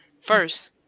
first